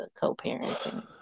co-parenting